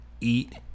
eat